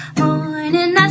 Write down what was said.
morning